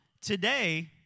today